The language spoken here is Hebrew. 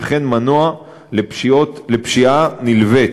וכן מנוע לפשיעה נלווית,